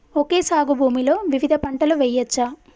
Okay సాగు భూమిలో వివిధ పంటలు వెయ్యచ్చా?